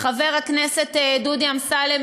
חבר הכנסת דודי אמסלם,